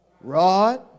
rod